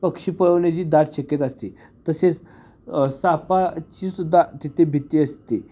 पक्षी पळवण्याची दाट शक्यता असते तसेच सापाची सुद्धा तिथे भीती असते